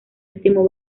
último